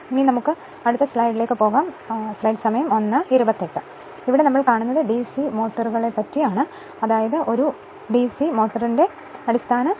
ഇപ്പോൾ നമ്മൾ ഡിസി മോട്ടോറുകളെ പറ്റി പഠിക്കും ഒരു ജനറേറ്ററിന്റെ തത്വം വളരെ ലളിതമാണ്